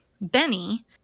Benny